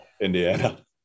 Indiana